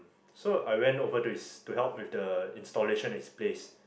so I went over to his to help with the installation at his place